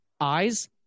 eyes